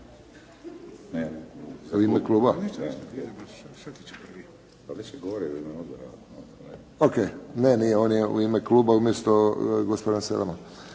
ne nije, on je u ime kluba umjesto gospodina Selema.